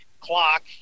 clock